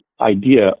idea